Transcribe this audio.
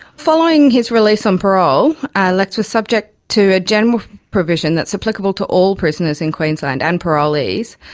following his release on parole, ah lex was subject to a general provision that's applicable to all prisoners in queensland and parolees,